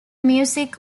music